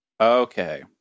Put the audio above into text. Okay